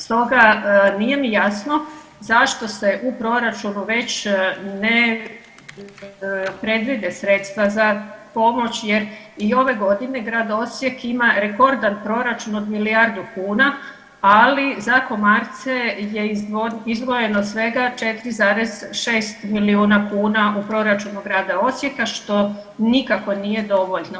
Stoga nije mi jasno zašto se u proračunu već ne predvide sredstva za pomoć, jer i ove godine Grad Osijek ima rekordan proračun od milijardu kuna, ali za komarce je izdvojeno svega 4,6 milijuna kuna u proračunu Grada Osijeka što nikako nije dovoljno.